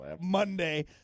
Monday